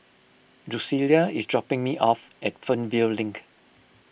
Drucilla is dropping me off at Fernvale Link